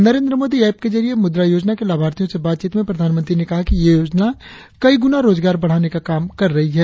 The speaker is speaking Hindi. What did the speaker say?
नरेंद्र मोदी ऐप के जरिए मुद्रा योजना के लाभार्थियों से बातचीत में प्रधानमंत्री ने कहा कि ये योजना कई गुना रोजगार बढ़ाने का काम कर रही है